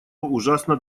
ужасно